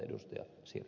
sirnö